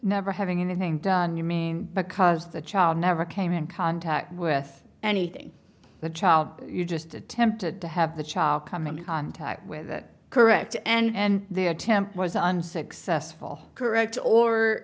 never having anything done you mean because the child never came in contact with anything the child you just attempted to have the child come in contact with correct and their attempt was unsuccessful correct or